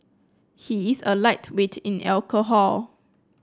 he is a lightweight in alcohol